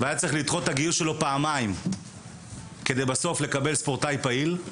הוא היה צריך לדחות את הגיוס שלו פעמיים כדי לקבל מעמד ספורטאי פעיל.